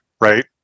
right